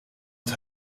het